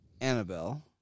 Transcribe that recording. Annabelle